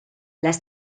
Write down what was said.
las